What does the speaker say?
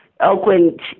oakland